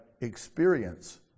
experience